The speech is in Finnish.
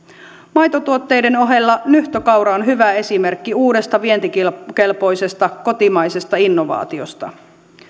maitotuotteiden ohella nyhtökaura on hyvä esimerkki uudesta vientikelpoisesta kotimaisesta innovaatiosta